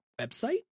website